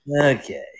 Okay